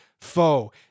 foe